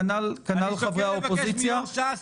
כנ"ל חברי האופוזיציה --- אני שוקל לבקש מיו"ר ש"ס